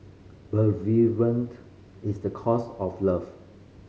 bereavement is the cost of love